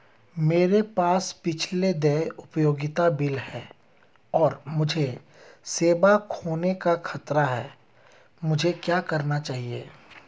मेरे पास पिछले देय उपयोगिता बिल हैं और मुझे सेवा खोने का खतरा है मुझे क्या करना चाहिए?